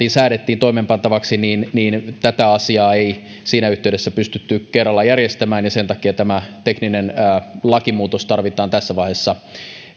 säädettiin toimeenpantavaksi tätä asiaa ei siinä yhteydessä pystytty kerralla järjestämään ja sen takia tämä tekninen lakimuutos tarvitsee tässä vaiheessa